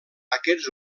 aquests